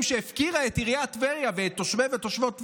שהפקירה במשך שנים את עיריית טבריה ואת תושבי ותושבות טבריה,